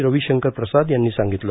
रविशंकर प्रसाद यांनी सांगितलं